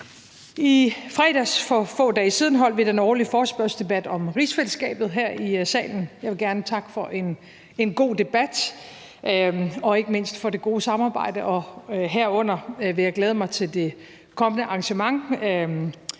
I fredags, for få dage siden, holdt vi den årlige forespørgselsdebat om rigsfællesskabet her i salen. Jeg vil gerne takke for en god debat og ikke mindst for det gode samarbejde, og herunder vil jeg glæde mig til det kommende arrangement